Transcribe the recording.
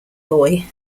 boy